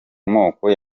moko